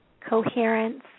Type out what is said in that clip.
coherence